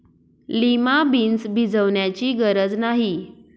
lima beans भिजवण्याची गरज नाही